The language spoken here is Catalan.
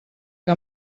que